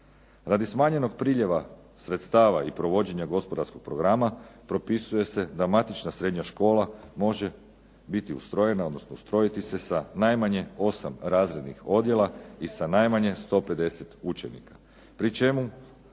Radi smanjenog priljeva sredstava i provođenja gospodarskog programa propisuje se da matična srednja škola može biti ustrojena, odnosno ustrojiti se sa najmanje osam razrednih odjela i sa najmanje 150 učenika,